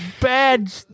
Bad